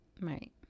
Right